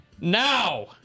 Now